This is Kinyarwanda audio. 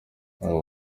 abo